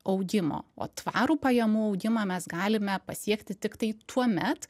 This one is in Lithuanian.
augimo o tvarų pajamų augimą mes galime pasiekti tiktai tuomet